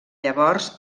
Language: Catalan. llavors